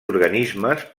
organismes